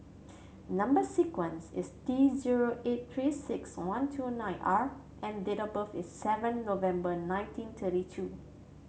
number sequence is T zero eight Three Six One two nine R and date of birth is seven November nineteen thirty two